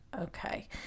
Okay